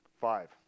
Five